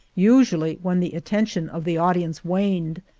usually when the at tention of the audience waned,